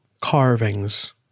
carvings